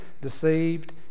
deceived